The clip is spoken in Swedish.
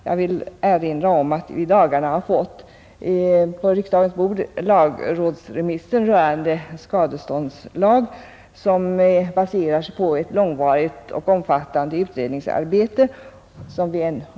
Jag vill erinra om att vi i dagarna fått lagrådsremissen rörande skadeståndslag, vilket lagförslag baserar sig på ett långvarigt och omfattande utredningsarbete.